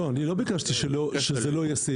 לא, אני לא ביקשתי שזה לא יהיה סעיף.